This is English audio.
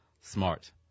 smart